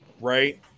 right